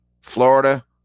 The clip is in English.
Florida